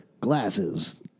Glasses